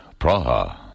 Praha